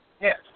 Yes